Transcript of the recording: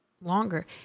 longer